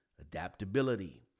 adaptability